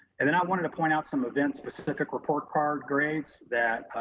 and then i wanted to point out some events, specific report card grades that